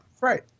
right